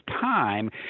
time